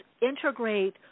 integrate